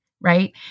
right